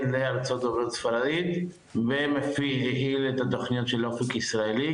מארצות הברית הספרדית ומפעיל את התוכניות של אופק ישראלי,